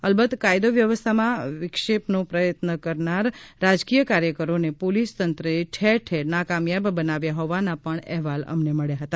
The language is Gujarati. અલબત કાયદો વ્યવસ્થામાં વિક્ષેપનો પ્રયત્ન કરનાર રાજકીય કાર્યકરોને પોલીસ તંત્રએ ઠેર ઠેર નાકામિયાબ બનાવ્યા હોવાના અહેવાલ છે